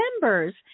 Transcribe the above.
members